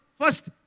first